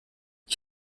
ich